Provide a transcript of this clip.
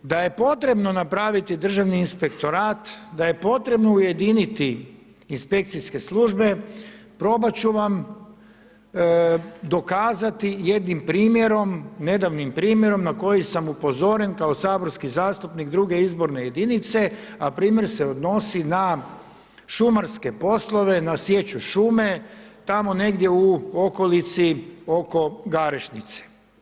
Da je potrebno napraviti državni inspektorat, da je potrebno ujediniti inspekcijske službe, probat ću vam dokazati jednim primjerom, nedavnim primjerom na koji sam upozoren kao saborski zastupnik, druge izborne jedinice, a primjer se odnosi na šumarske poslove, na sječu šume, tamo negdje u okolici oko Garešnice.